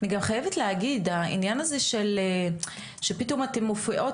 לציין שהעניין הזה שפתאום אתן מופיעות